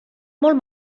molt